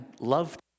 loved